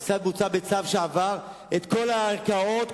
ההריסה בוצעה בצו שעבר את כל הערכאות,